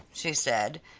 she said,